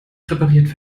repariert